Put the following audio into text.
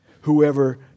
Whoever